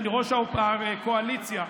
ראש הקואליציה.